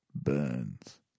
Burns